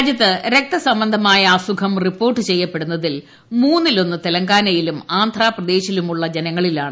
രാജ്യത്ത് രക്തസംബന്ധമായ അസുഖം റിപ്പോർട്ട് ചെയ്യപ്പെടുന്നതിൽ മൂന്നിലൊന്ന് തെലങ്കാനയിലും ആന്ധ്രാപ്രദേശിലുമുള്ള ജനങ്ങളിലാണ്